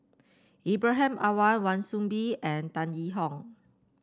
Ibrahim Awang Wan Soon Bee and Tan Yee Hong